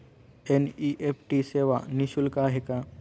NEFT सेवा निःशुल्क आहे का?